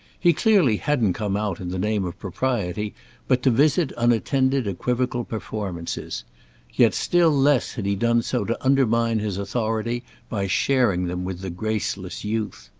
he clearly hadn't come out in the name of propriety but to visit unattended equivocal performances yet still less had he done so to undermine his authority by sharing them with the graceless youth.